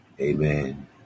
Amen